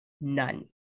none